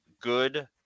good